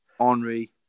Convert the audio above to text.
Henry